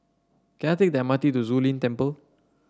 can I take the M R T to Zu Lin Temple